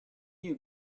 you